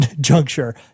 juncture